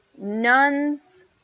nuns